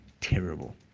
terrible